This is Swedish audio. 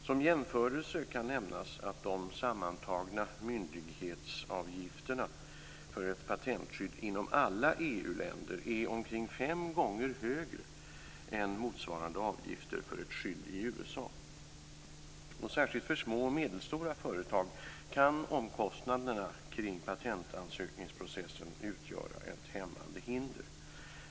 Som jämförelse kan nämnas att de sammantagna myndighetsavgifterna för ett patentskydd inom alla EU-länder är omkring fem gånger högre än motsvarande avgifter för ett skydd i USA. Särskilt för små och medelstora företag kan omkostnaderna kring patentansökningsprocesen utgöra ett hämmande hinder.